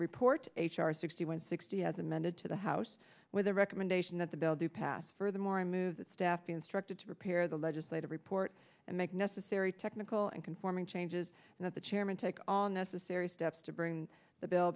port h r sixty one sixty as amended to the house with a recommendation that the bill do pass furthermore i move that staff be instructed to repair the legislative report and make necessary technical and conforming changes that the chairman take all necessary steps to bring the bill